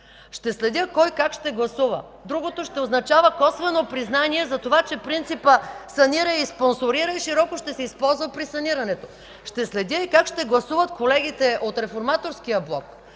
Ще следя кой как ще гласува. Другото ще означава косвено признание за това, че принципът: „Санирай и спонсорирай” широко ще се използва при санирането. Ще следя и как ще гласуват колегите от Реформаторския блок,